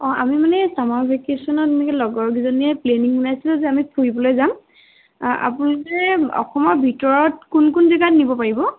অ' আমি মানে ছামাৰ ভেকেশ্যনত এনেকৈ লগৰ কেইজনীয়ে প্লেনিং ওলাইছিলো যে আমি ফুৰিবলৈ যাম আপোনালোকে অসমৰ ভিতৰত কোন কোন জেগাত নিব পাৰিব